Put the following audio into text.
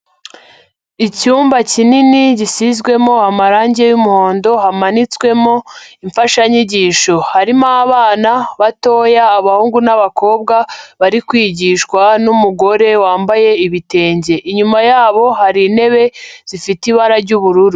Icyumba kinini gisizwemo amarangi y'umuhondo, hamanitswemo imfashanyigisho. Harimo abana batoya abahungu n'abakobwa bari kwigishwa n'umugore wambaye ibitenge. Inyuma yabo hari intebe zifite ibara ry'ubururu.